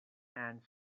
and